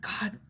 God